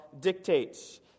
dictates